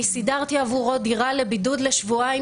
אני סידרתי עבורו דירה לבידוד לשבועיים